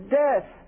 death